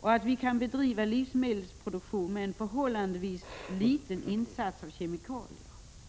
och att vi kan bedriva livsmedelsproduktion med en förhållandevis liten insats av kemikalier.